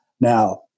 Now